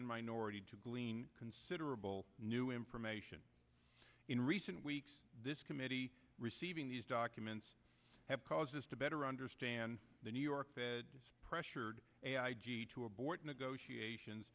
and minority to glean considerable new information in recent weeks this committee receiving these documents have caused us to better understand the new york fed pressured to abort negotiations